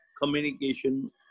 communication